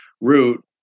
route